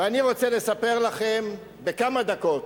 ואני רוצה לספר לכם, בכמה דקות,